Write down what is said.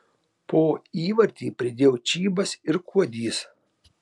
po įvartį pridėjo čybas ir kuodys